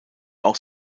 auch